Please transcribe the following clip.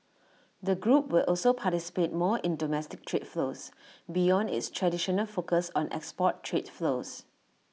the group will also participate more in domestic trade flows beyond its traditional focus on export trade flows